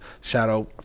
Shadow